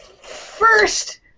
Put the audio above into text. first